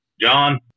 John